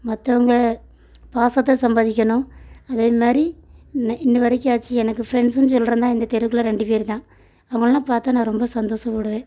மற்றவங்க பாசத்தை சம்பாதிக்கணும் அதே மாதிரி இன்று இன்று வரைக்கும் ஆச்சு எனக்கு ஃப்ரெண்ட்ஸுன்னு சொல்கிறாந்தா இந்த தெருவுக்குள் ரெண்டு பேர் தான் அவங்களைலாம் பார்த்தா நான் ரொம்ப சந்தோஷப்படுவேன்